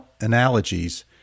analogies